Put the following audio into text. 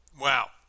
Wow